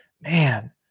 man